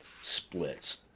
splits